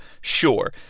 Sure